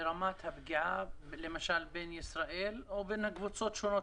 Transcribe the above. ברמת הפגיעה בין ישראל או בין קבוצות שונות